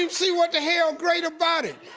um see what the hell great about it.